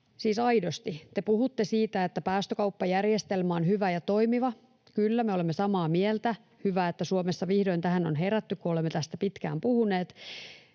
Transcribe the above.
siis aidosti. Te puhutte siitä, että päästökauppajärjestelmä on hyvä ja toimiva — kyllä, me olemme samaa mieltä: hyvä, että Suomessa vihdoin tähän on herätty, kun olemme tästä pitkään puhuneet